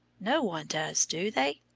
no one does, do they?